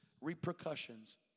Repercussions